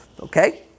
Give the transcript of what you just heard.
Okay